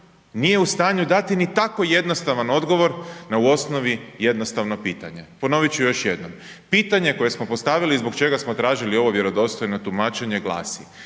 nije u stanju dati ni tako jednostavan odgovor na u osnovi jednostavno pitanje. Ponoviti ću još jednom. Pitanje koje smo postavili i zbog čega smo tražili ovo vjerodostojno tumačenje glasi: